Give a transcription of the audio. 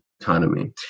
economy